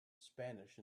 spanish